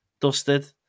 dusted